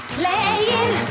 playing